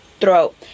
throat